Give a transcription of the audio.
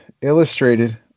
Illustrated